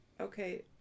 okay